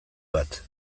bat